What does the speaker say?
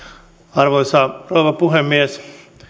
arvoisa rouva puhemies